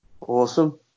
awesome